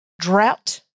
drought